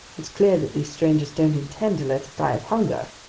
it's clear that these strangers don't intend to let us die of hunger,